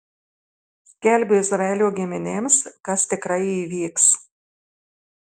skelbiu izraelio giminėms kas tikrai įvyks